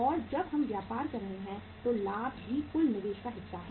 और जब हम व्यापार कर रहे हैं तो लाभ भी कुल निवेश का हिस्सा है